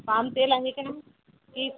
palm तेल आहे का की